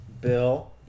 Bill